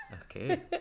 Okay